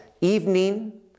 evening